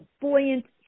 buoyant